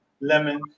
lemon